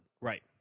Right